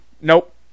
Nope